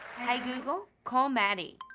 hey google. call maddie.